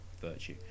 virtue